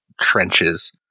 trenches